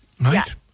Right